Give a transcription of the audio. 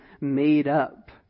made-up